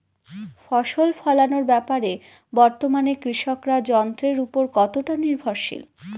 ফসল ফলানোর ব্যাপারে বর্তমানে কৃষকরা যন্ত্রের উপর কতটা নির্ভরশীল?